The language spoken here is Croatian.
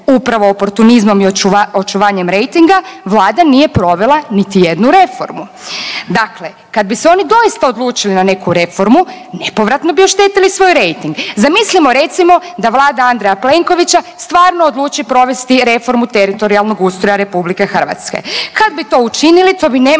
upravo oportunizmom i očuvanjem rejtinga Vlada nije provela niti jednu reformu. Dakle, kad bi se oni doista odlučili na neku reformu nepotrebno bi oštetili svoj rejting. Zamislimo recimo da Vlada Andreja Plenkovića stvarno odluči provesti reformu teritorijalnog ustroja Republike Hrvatske. Kad bi to učinili to bi